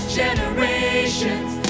generations